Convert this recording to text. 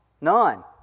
none